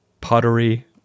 pottery